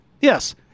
Yes